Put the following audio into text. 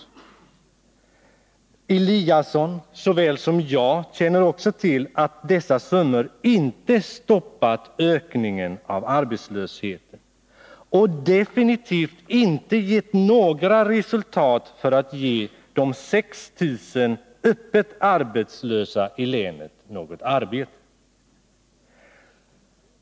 Både Ingemar Eliasson och jag känner också till att dessa summor inte har stoppat ökningen av arbetslösheten och definitivt inte har givit några resultat för att ge de 6 000 öppet arbetslösa i länet något arbete.